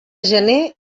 gener